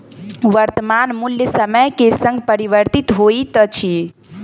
वर्त्तमान मूल्य समय के संग परिवर्तित होइत अछि